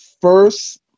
first